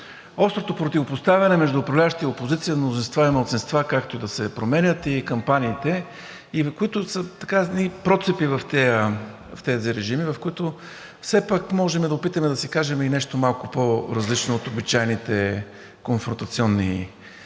острото противопоставяне между управляващи и опозиция, мнозинства и малцинства, както и да се променят и кампаниите, и които са едни процепи в тези режими, в които все пак можем да опитаме да си кажем и нещо малко по-различно от обичайните конфронтационни тези,